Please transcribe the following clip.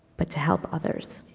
but to help others.